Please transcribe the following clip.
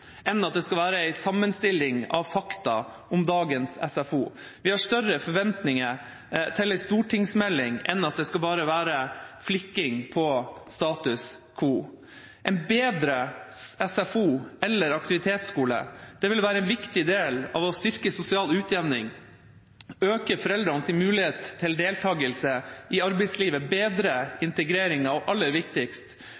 enn at det skal være en sammenstilling av fakta om dagens SFO. Vi har større forventninger til en stortingsmelding enn at det bare skal være flikking på status quo. En bedre SFO eller aktivitetsskole vil være en viktig del av å styrke sosial utjevning, øke foreldrenes mulighet til deltakelse i arbeidslivet, bedre